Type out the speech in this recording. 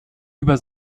über